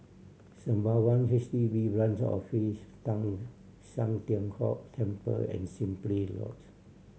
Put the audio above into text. Sembawang H D B Branch Office Teng San Tian Hock Temple and Simply Lodge